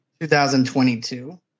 2022